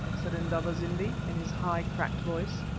said indaba-zimbi, in his high, cracked voice.